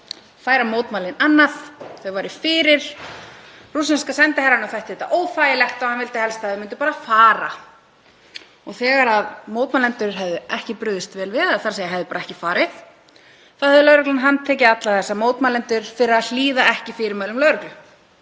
færa mótmælin annað, þau væru fyrir, rússneska sendiherranum þætti þetta óþægilegt og hann vildi helst að þau myndu bara fara. Og þegar mótmælendur hefðu ekki brugðist vel við, þ.e. hefðu bara ekki farið, þá hefði lögreglan handtekið alla þessa mótmælendur fyrir að hlýða ekki fyrirmælum lögreglu